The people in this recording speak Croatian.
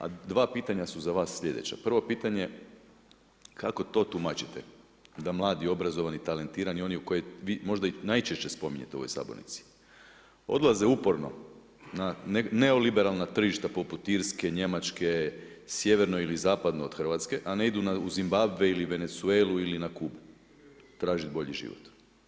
A 2 pitanja su za vas sljedeća, prvo pitanje kako to tumačite da mladi obrazovani, talentirani, one koje vi možda najčešće spominjete u ovoj sabornici, odlaze uporno na neoliberalna tržišta poput Irske, Njemačke, sjeverno ili zapadno od Hrvatske, a ne idu u Zimbabve ili Venezuelu ili na Kubu, tražiti bolji život?